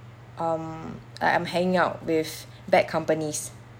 um I I am hang out with bad companies